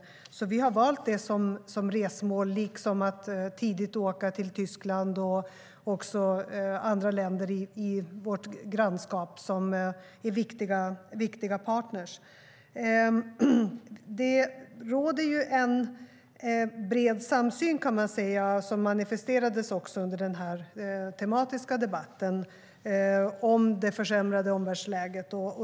Vi har valt det som resmål, liksom att tidigt åka till Tyskland och andra länder i vårt grannskap som är viktiga partner. Det råder en bred samsyn, som också manifesterades under den tematiska debatten, om det försämrade omvärldsläget.